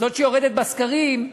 זו שיורדת בסקרים,